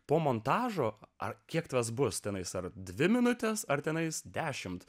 po montažo ar kiek tas bus tenais ar dvi minutes ar tenais dešimt